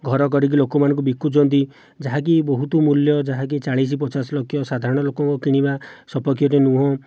ଘର କରିକି ଲୋକମାନଙ୍କୁ ବିକୁଛନ୍ତି ଯାହାକି ବହୁତ ମୂଲ୍ୟ ଯାହାକି ଚାଳିଶ ପଚାଶ ଲକ୍ଷ ସାଧାରଣ ଲୋକଙ୍କ କିଣିବା ସପକ୍ଷ ରେ ନୁହଁ